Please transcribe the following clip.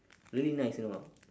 really nice you know